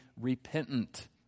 repentant